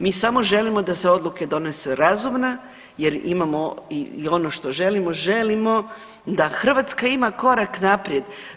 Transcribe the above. Mi samo želimo da se odluka donese razumna jer imamo i ono što želimo, želimo da Hrvatska ima korak naprijed.